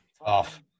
Off